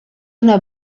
una